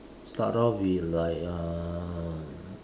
start off with like uh